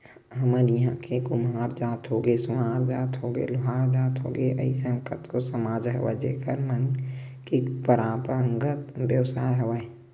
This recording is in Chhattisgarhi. हमर इहाँ के कुम्हार जात होगे, सोनार जात होगे, लोहार जात के होगे अइसन कतको समाज हवय जेखर मन के पंरापरागत बेवसाय हवय